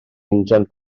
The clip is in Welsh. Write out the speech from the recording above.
injan